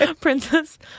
Princess